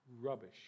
rubbish